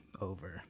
over